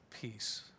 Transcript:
peace